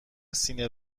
سینه